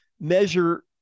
measure